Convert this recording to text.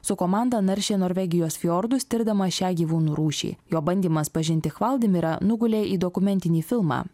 su komanda naršė norvegijos fiordus tirdamas šią gyvūnų rūšį jo bandymas pažinti hvaldimirą nugulė į dokumentinį filmą